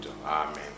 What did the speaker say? Amen